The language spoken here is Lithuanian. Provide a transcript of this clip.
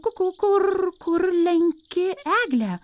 kukū kur kur lenki eglę